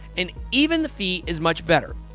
and even the fee is much better.